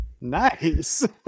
Nice